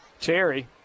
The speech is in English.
Terry